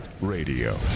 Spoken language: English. Radio